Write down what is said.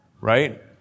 right